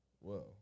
whoa